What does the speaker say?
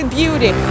beauty